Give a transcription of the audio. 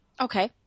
Okay